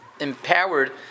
empowered